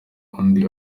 undi